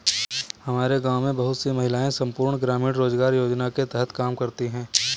हमारे गांव में बहुत सी महिलाएं संपूर्ण ग्रामीण रोजगार योजना के तहत काम करती हैं